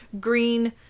green